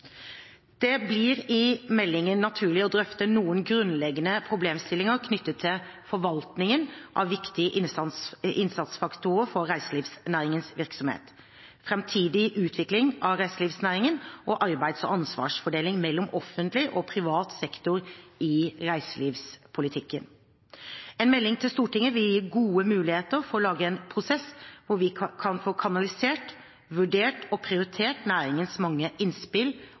Det blir i meldingen naturlig å drøfte noen grunnleggende problemstillinger knyttet til forvaltningen av viktige innsatsfaktorer for reiselivsnæringens virksomhet, framtidig utvikling av reiselivsnæringen og arbeids- og ansvarsdeling mellom offentlig og privat sektor i reiselivspolitikken. En melding til Stortinget vil gi gode muligheter for å lage en prosess der vi kan få kanalisert, vurdert og prioritert næringens mange innspill